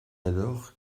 alors